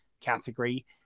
category